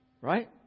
right